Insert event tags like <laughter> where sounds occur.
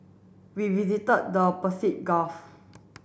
we visited the <unintelligible> Gulf